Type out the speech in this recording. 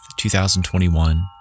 2021